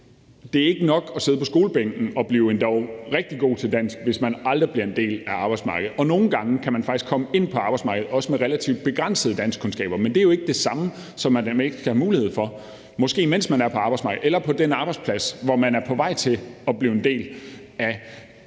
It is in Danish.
Det er ikke nok at sidde på skolebænken og blive endog rigtig god til dansk, hvis man aldrig bliver en del af arbejdsmarkedet; nogle gange kan man faktisk komme ind på arbejdsmarkedet, også med relativt begrænsede danskkundskaber. Men det er jo ikke det samme, som at man ikke skal have mulighed for, måske mens man er på arbejdsmarkedet eller på den arbejdsplads, som man er på vej til at blive en del af,